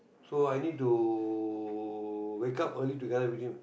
so I need to wake up early together with him